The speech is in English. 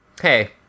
Hey